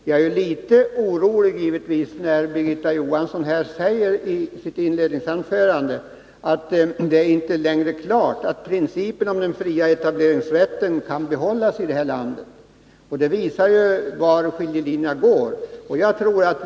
Nr 141 Jag blir givetvis litet orolig när Birgitta Johansson i sitt inledningsanfö Torsdagen den rande säger att det inte längre är klart att principen om den fria 6 maj 1982 etableringsrätten kan behållas i detta land. Det visar var skiljelinjerna går.